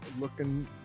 looking